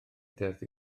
deddf